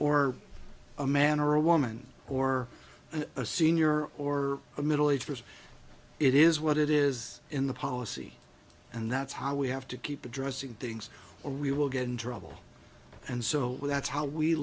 or a man or a woman or a senior or a middle aged person it is what it is in the policy and that's how we have to keep addressing things or we will get in trouble and so that's how we